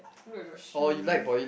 look at your shoe